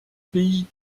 pays